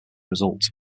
result